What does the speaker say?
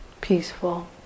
peaceful